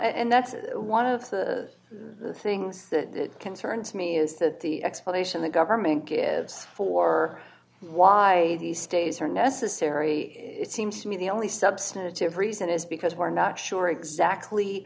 and that's one of the things that concerns me is that the explanation the government gives for why these days are necessary it seems to me the only substantive reason is because we're not sure exactly